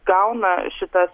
gauna šitas